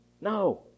No